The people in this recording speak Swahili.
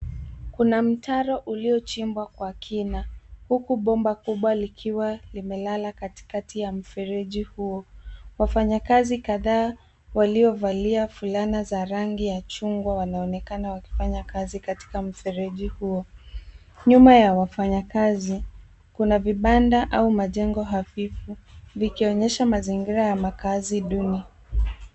Kuna mtaro uliochimbwa kwa kina huku bomba kubwa likiwa limelala katikati ya mfereji huo. Wafanyakazi kadhaa waliovalia fulana za rangi ya chungwa wanaonekana wakifanya kazi katika mfereji huo. Nyuma ya wafanyakazi, kuna vibanda au majengo hafifu vikionyesha mazingira ya makazi duni.